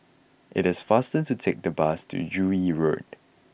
it is faster to take the bus to Joo Yee Road